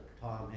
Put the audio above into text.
Tom